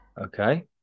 Okay